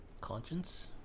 Conscience